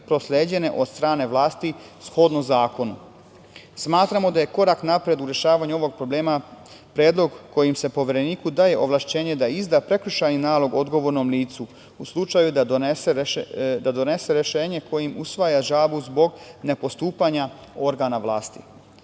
prosleđene od strane vlasti, shodno zakonu. Smatramo da je korak napred u rešavanju ovog problema predlog kojim se Povereniku daje ovlašćenje da izda prekršajni nalog odgovornom licu u slučaju da donese rešenje kojim usvaja žalbu zbog ne postupanja organa vlasti. Cilj